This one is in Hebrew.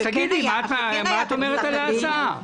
אז תגידי מה את אומרת על ההצעה.